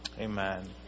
Amen